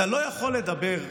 אתה לא יכול לדבר.